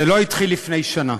זה לא התחיל לפני שנה.